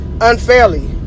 unfairly